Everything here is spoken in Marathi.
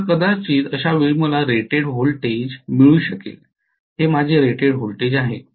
तर कदाचित अशा वेळी मला रेटेड व्होल्टेज मिळू शकेल हे माझे रेटेड व्होल्टेज आहे